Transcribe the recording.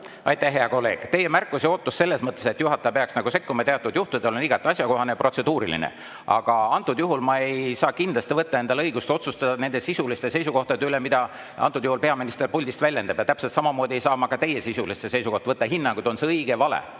Aitäh, hea kolleeg! Teie märkus ja ootus selles mõttes, et juhataja peaks sekkuma teatud juhtudel, on igati asjakohane ja protseduuriline. Aga antud juhul ma ei saa kindlasti võtta endale õigust otsustada nende sisuliste seisukohtade üle, mida peaminister puldist väljendab. Ja täpselt samamoodi ei saa ma ka teie puhul sisulisi seisukohti võtta, hinnanguid anda, on see õige või